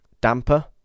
damper